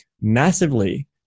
massively